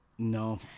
No